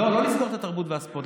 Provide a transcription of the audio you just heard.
לא, לא לסגור את התרבות והספורט.